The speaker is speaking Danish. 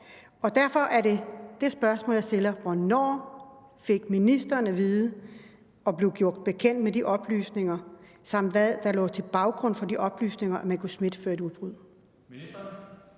Derfor er det det spørgsmål, jeg stiller: Hvornår fik ministeren det at vide og blev gjort bekendt med de oplysninger, samt hvad der lå til baggrund for de oplysninger, at man kunne smitte før et udbud?